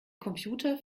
computer